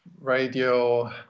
radio